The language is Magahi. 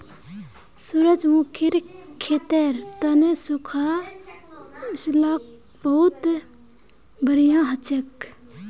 सूरजमुखीर खेतीर तने सुखा इलाका बहुत बढ़िया हछेक